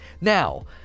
Now